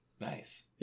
Nice